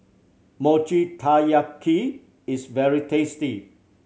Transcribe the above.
Mochi Taiyaki is very tasty